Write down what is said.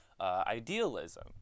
idealism